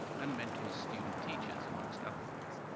and mentors student teachers, amongst other things.